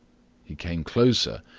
he came closer,